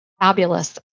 fabulous